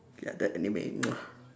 ya that anime